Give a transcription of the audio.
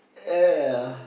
uh